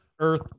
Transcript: Earth